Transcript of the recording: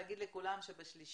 להגיד לכולם שב-3